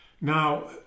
Now